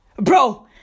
Bro